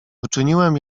uczyniłem